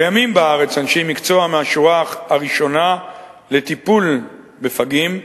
קיימים בארץ אנשי מקצוע מהשורה הראשונה לטיפול בפגים,